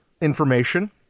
information